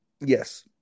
Yes